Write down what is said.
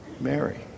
Mary